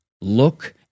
look